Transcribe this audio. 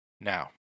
Now